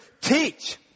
teach